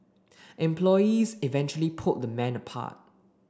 employees eventually pulled the men apart